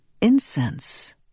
incense